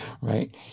right